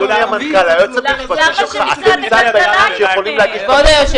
למה שמשרד הכלכלה יפנה?